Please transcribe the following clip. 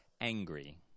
angry